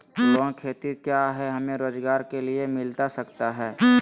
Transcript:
Loan खेती क्या हमें रोजगार के लिए मिलता सकता है?